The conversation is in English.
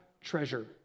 treasure